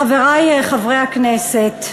חברי חברי הכנסת,